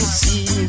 see